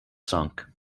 sunk